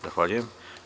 Zahvaljujem.